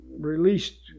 released